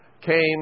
came